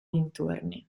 dintorni